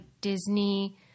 Disney